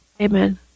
amen